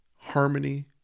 harmony